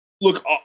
Look